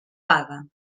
paga